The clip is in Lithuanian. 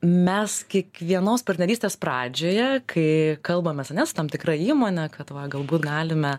mes kiekvienos partnerystės pradžioje kai kalbamės ane su tam tikra įmone kad va galbūt galime